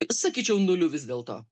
sakyčiau nuliu vis dėlto